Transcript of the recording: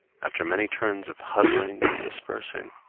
after many turns of huddling and dispersing,